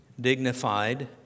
dignified